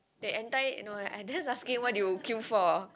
that enti~ no I just asking what you queue for